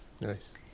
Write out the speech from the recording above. Nice